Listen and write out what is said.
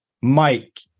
Mike